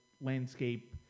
landscape